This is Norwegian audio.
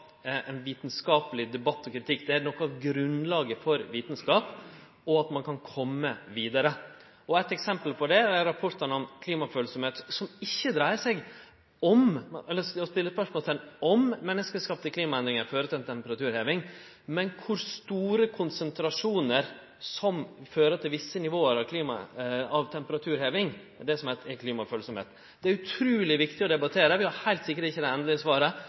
debatt og kritikk. Det er noko av grunnlaget for vitskap, og for at ein kan kome vidare. Eitt eksempel på det er rapportane om klimafølsemd, som ikkje dreier seg om å setje spørsmålsteikn ved om menneskeskapte klimaendringar fører til temperaturheving, men om kor store konsentrasjonar som fører til visse nivå av temperaturheving – det som er klimafølsemd. Det er det utruleg viktig å debattere – vi har heilt sikkert ikkje det endelege svaret.